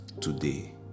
today